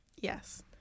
Yes